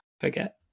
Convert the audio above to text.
Forget